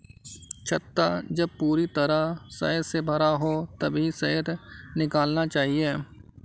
छत्ता जब पूरी तरह शहद से भरा हो तभी शहद निकालना चाहिए